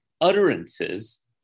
utterances